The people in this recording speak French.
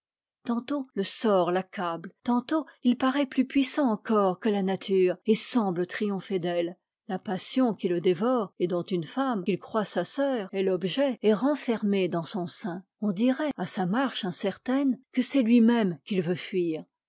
tantôt le sort l'accable tantôt il paraît plus puissant encore que la nature et semble triompher d'elle la passion qui le dévore et dont une femme qu'il croit sa soeur est ii l'objet est renfermée dans son sein on dirait à sa marche incertaine que c'est lui-même qu'il veut fuir